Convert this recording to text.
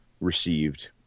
received